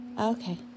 Okay